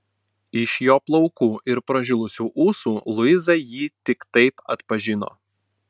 iš jo plaukų ir pražilusių ūsų luiza jį tik taip atpažino